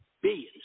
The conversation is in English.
billions